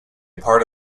part